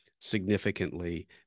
significantly